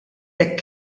jekk